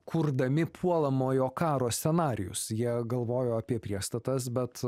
kurdami puolamojo karo scenarijus jie galvojo apie priestatas bet